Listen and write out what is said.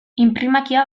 inprimakia